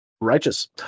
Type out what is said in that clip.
Righteous